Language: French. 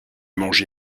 mangé